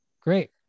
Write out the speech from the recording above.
Great